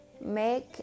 make